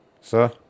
Sir